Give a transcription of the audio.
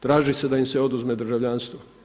Traži se da im se oduzme državljanstvo.